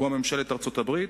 כגון ממשלת ארצות-הברית,